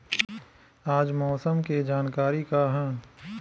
आज मौसम के जानकारी का ह?